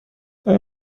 آیا